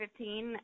2015